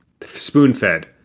spoon-fed